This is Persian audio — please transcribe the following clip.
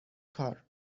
کار